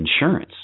insurance